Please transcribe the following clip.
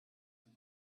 him